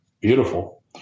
beautiful